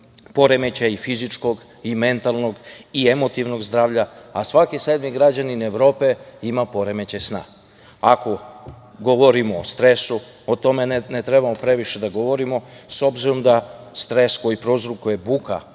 poremećaja fizičkog, mentalnog i emotivnog zdravlja, a svaki sedmi građanin Evrope ima poremećaj sna. Ako govorimo o stresu, o tome ne treba previše da govorimo, s obzirom da stres koji prouzrokuje buka,